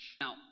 Now